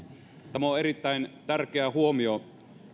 tämä on erittäin tärkeä huomio